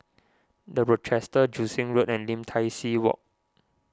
the Rochester Joo Seng Road and Lim Tai See Walk